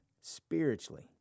spiritually